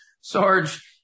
Sarge